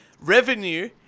Revenue